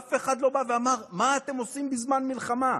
אף אחד לא בא ואמר: מה אתם עושים בזמן מלחמה?